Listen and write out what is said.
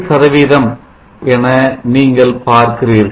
5 என நீங்கள் பார்க்கிறீர்கள்